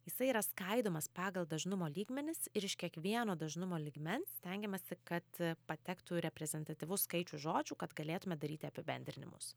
jisai yra skaidomas pagal dažnumo lygmenis ir iš kiekvieno dažnumo lygmens stengiamasi kad patektų reprezentatyvus skaičius žodžių kad galėtume daryti apibendrinimus